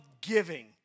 giving